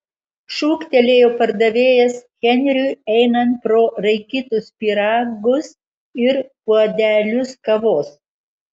šūktelėjo pardavėjas henriui einant pro raikytus pyragus ir puodelius kavos